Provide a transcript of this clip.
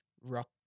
rock